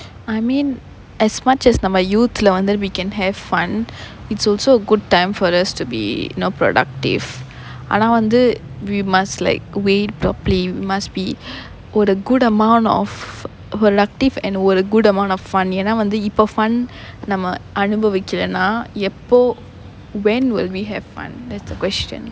I mean as much as நம்ம:namma youth leh வந்து:vanthu we can have fun it's also a good time for us to be you know productive ஆனா வந்து:aanaa vanthu we must like weigh properly must be or ஒரு:oru good amount of productive and ஒரு:oru good amount of fun ஏன்னா வந்து இப்ப:yaennaa vanthu ippa fun நம்ம அனுபவிக்கலனா எப்போ:namma anupavikkalanaa eppo when will we have fun that's the question